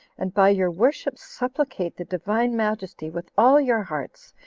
and by your worship supplicate the divine majesty with all your hearts,